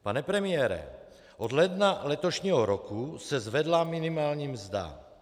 Pane premiére, od ledna letošního roku se zvedla minimální mzda.